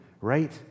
right